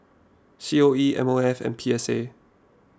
C O E M O F and P S A